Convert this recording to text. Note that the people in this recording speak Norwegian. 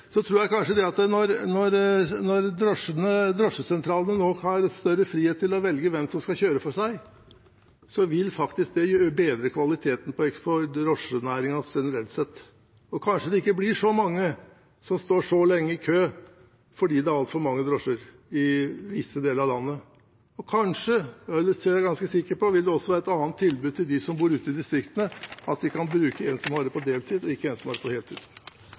Så tror jeg kanskje at når drosjesentralene nå har større frihet til å velge hvem som skal kjøre for dem, vil det bedre kvaliteten på drosjenæringen generelt sett. Og kanskje det ikke blir så mange som står så lenge i kø fordi det er altfor mange drosjer i visse deler av landet, og kanskje – det er jeg ganske sikker på – vil det også være et annet tilbud til dem som bor ute i distriktene, at de kan bruke en som jobber på deltid, og ikke en som jobber på heltid.